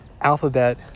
alphabet